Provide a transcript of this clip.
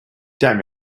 damn